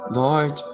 lord